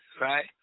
right